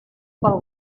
pel